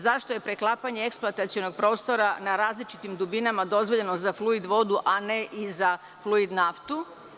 Zašto je preklapanje eksploatacionog prostora na različitim dubinama dozvoljeno za fluid vodu, a ne i za fluid naftu?